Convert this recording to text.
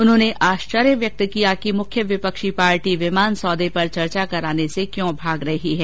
उन्होंने आश्चर्य व्यक्त किया कि मुख्य विपक्षी पार्टी विमान सौदे पर चर्चा कराने से क्यों भाग रही है